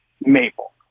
maple